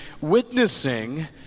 witnessing